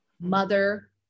mother